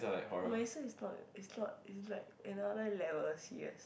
Marisa is not is not is like another level serious